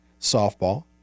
Softball